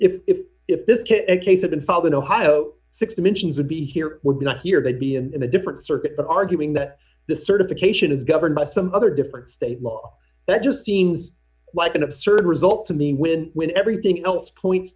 so if if this case of been filed in ohio six dimensions would be here would be not here they'd be in a different circuit but arguing that the certification is governed by some other different state law that just seems like an absurd result to me when when everything else points